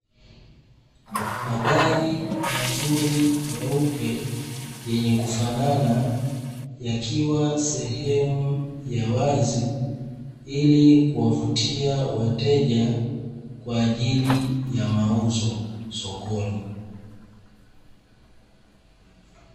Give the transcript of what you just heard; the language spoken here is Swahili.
Magari mazuri meupe yenye kufanana yakiwa sehemu ya wazi ili kuwavutia kuwavutia wateja kwa ajili ya mauzo sokoni.